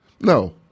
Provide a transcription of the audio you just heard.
No